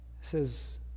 says